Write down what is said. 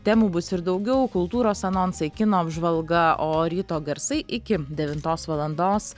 temų bus ir daugiau kultūros anonsai kino apžvalga o ryto garsai iki devintos valandos